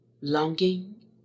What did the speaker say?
longing